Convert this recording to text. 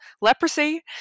leprosy